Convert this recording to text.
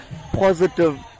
positive